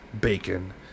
bacon